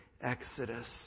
exodus